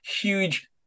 huge